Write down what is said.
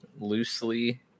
loosely